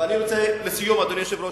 ואני רוצה, לסיום, אדוני היושב-ראש,